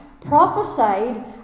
prophesied